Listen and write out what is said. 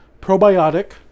Probiotic